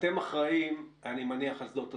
אני מניח שאתם אחראים על שדות התעופה,